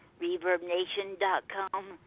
reverbnation.com